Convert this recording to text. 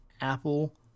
apple